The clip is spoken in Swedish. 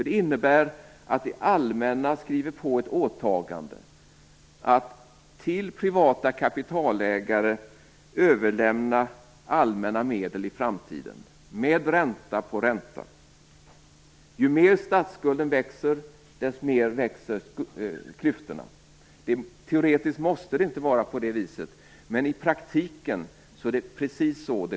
Det innebär att det allmänna skriver på ett åtagande att till privata kapitalägare överlämna allmänna medel i framtiden, med ränta på ränta. Ju mer statsskulden växer, desto mer växer klyftorna. Teoretiskt måste det inte vara så, men i praktiken fungerar det precis så.